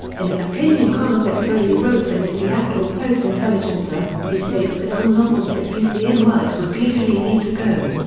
in an opinion column that foley wrote in the seattle post intelligencer, he states that all novels that use the n-word repeatedly need to go.